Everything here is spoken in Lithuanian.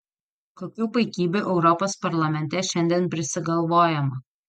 kokių paikybių europos parlamente šiandien prisigalvojama